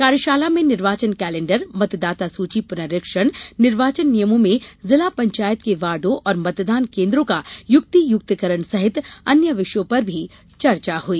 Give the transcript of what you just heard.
कार्यशाला में निर्वाचन कैलेण्डर मतदाता सूची पुनरीक्षण निर्वाचन नियमों में जिला पंचायत के वार्डों और मतदान केन्द्रों का युक्तियुक्तकरण सहित अन्य विषयों पर भी चर्चा हुई